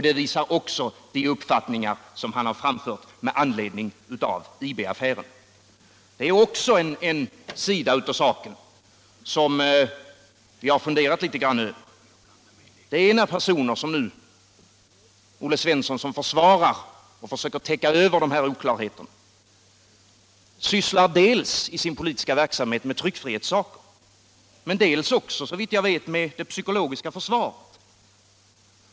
Det visar även de uppfattningar som han har framfört med anledning av IB-affären. En sida av saken som jag också har funderat litet över är att personer som nu Olle Svensson, som försvarar och försöker täcka över de här oklarheterna, i sin politiska verksamhet sysslar dels med tryckfrihetssaker, dels såvitt jag vet med det psykologiska försvaret.